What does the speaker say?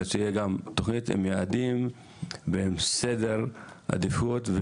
אלא שתהיה גם תוכנית עם יעדים ועם סדרי עדיפויות,